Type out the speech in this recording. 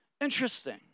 interesting